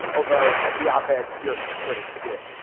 although the op ed's fiercest critics did.